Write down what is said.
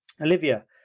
Olivia